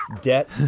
debt